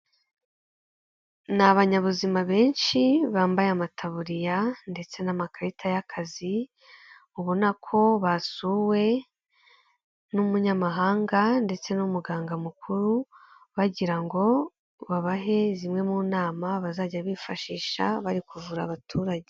Ni abanyabuzima benshi bambaye amataburiya ndetse n'amakarita y'akazi, ubona ko basuwe n'umunyamahanga ndetse n'umuganga mukuru bagira ngo babahe zimwe mu nama bazajya bifashisha bari kuvura abaturage.